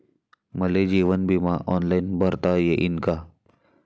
मले जीवन बिमा ऑनलाईन भरता येईन का?